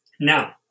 Now